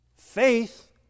Faith